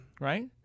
Right